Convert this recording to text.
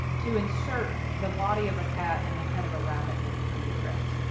to insert the body of a cat and the head of a rabbit into her uterus.